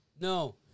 No